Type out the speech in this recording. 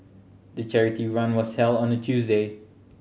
the charity run was held on a Tuesday